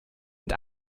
und